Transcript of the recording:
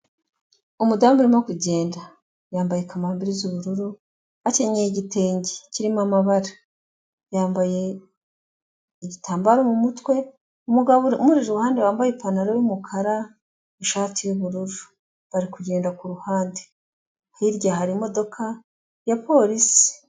Umudamu arimo kugenda, yambaye kamambiri z'ubururu akenyeye igitenge kirimo amabara, yambaye igitambaro mu mutwe, umugabo umuri iruhande wambaye ipantaro y'umukara, ishati y'ubururu, bari kugenda ku ruhande, hirya hari imodoka ya polisi.